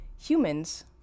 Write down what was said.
humans